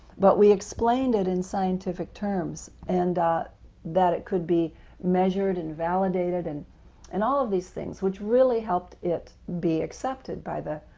but we explained it in scientific terms, and that that it could be measured and validated, and and all of these things which really helped it be accepted by the